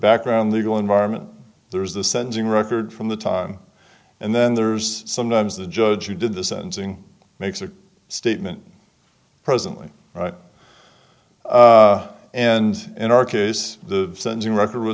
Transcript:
background legal environment there's the sentencing record from the time and then there's sometimes the judge who did the sentencing makes a statement presently right and in our case the sensing record w